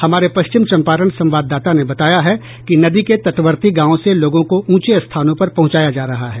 हमारे पश्चिम चंपारण संवाददाता ने बताया है कि नदी के तटवर्ती गांवों से लोगों को ऊचे स्थानों पर पहुंचाया जा रहा है